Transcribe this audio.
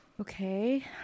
Okay